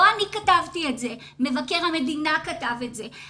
לא אני כתבתי את זה, מבקר המדינה כתב את זה.